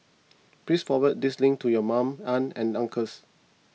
please forward this link to your mums aunts and uncles